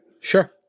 sure